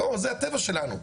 זה הטבע שלנו,